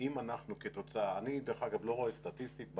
סטטיסטית,